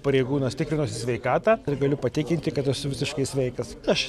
pareigūnas tikrinausi sveikatą ir galiu patikinti kad esu visiškai sveikas aš